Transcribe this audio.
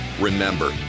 Remember